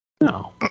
No